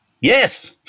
yes